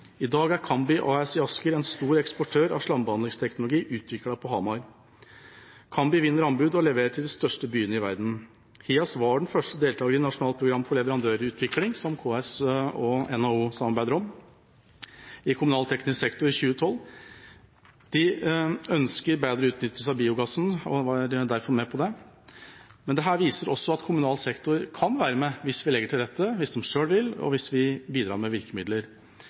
I dag er Cambi AS i Asker en stor eksportør av slambehandlingsteknologi utviklet på Hamar. Cambi vinner anbud og leverer til de største byene i verden. Hias var den første deltakeren i Nasjonalt program for leverandørutvikling som KS og NHO samarbeider om, i kommunalteknisk sektor i 2012. De ønsker bedre utnyttelse av biogassen og var derfor med på det. Dette viser at kommunal sektor kan være med hvis vi legger til rette, hvis de selv vil, og hvis vi bidrar med virkemidler.